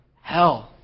Hell